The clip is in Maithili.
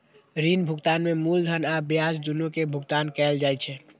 ऋण भुगतान में मूलधन आ ब्याज, दुनू के भुगतान कैल जाइ छै